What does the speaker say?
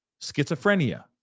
schizophrenia